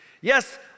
yes